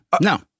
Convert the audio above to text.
No